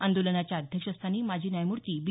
आंदोलनाच्या अध्यक्ष स्थानी माजी न्यायमूर्ती बी